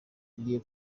tugiye